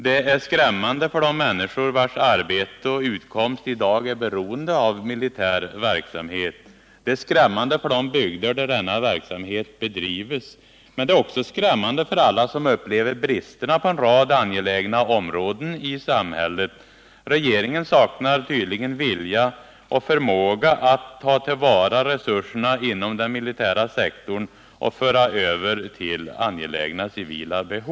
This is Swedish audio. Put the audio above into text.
Den är skrämmande för de människor vilka för sitt arbete och sin utkomst i dag är beroende av militär verksamhet. Den är skrämmande för de bygder där denna verksamhet bedrivs. Men den är också skrämmande för alla som upplever bristerna på en rad angelägna områden i samhället. Regeringen saknar tydligen vilja och förmåga att ta till vara resurserna inom den militära sektorn och föra över dem till angelägna civila områden.